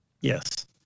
Yes